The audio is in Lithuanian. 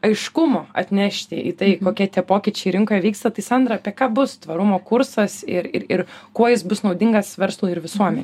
aiškumo atnešti į tai kokie tie pokyčiai rinkoje vyksta tai sandra apie ką bus tvarumo kursas ir ir ir kuo jis bus naudingas verslui ir visuomenei